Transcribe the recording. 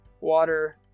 water